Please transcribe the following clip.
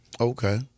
Okay